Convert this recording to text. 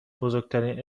بزرگترین